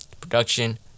production